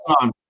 on